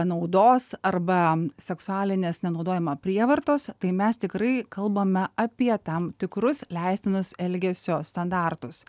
naudos arba seksualinės nenaudojama prievartos tai mes tikrai kalbame apie tam tikrus leistinus elgesio standartus